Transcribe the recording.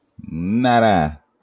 Nada